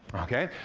okay?